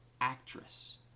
actress